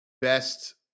best